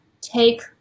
take